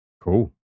Cool